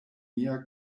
mia